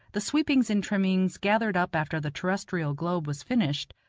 the sweepings and trimmings, gathered up after the terrestrial globe was finished,